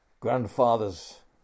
Grandfather's